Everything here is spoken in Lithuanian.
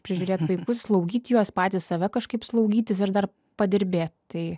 prižiūrėt vaikus slaugyt juos patys save kažkaip slaugytis ir dar padirbėt tai